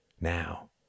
Now